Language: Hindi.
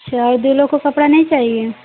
और दो लोगों को कपड़ा नहीं चाहिये